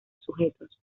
sujetos